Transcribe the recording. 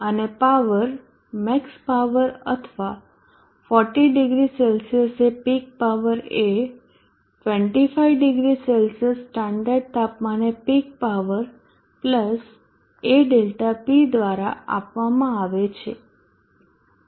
અને power max power અથવા 400 C એ પીક પાવર એ 250C સ્ટાન્ડર્ડ તાપમાને પીક પાવર a Δp દ્વારા આપવામાં આવે છે